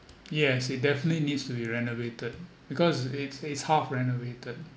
yes it definitely needs to be renovated because it's it's half renovated